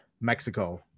Mexico